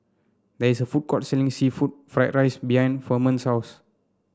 there is a food court selling seafood Fried Rice behind Firman's house